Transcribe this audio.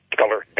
color